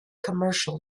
commercial